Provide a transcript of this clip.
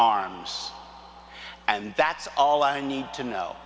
arms and that's all i need to know